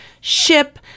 ship